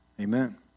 amen